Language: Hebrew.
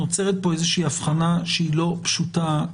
נוצרת פה איזושהי הבחנה שהיא לא פשוטה,